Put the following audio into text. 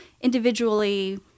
individually